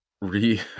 re